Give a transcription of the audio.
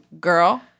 girl